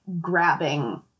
grabbing